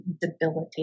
debilitating